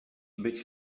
być